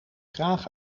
graag